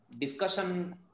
discussion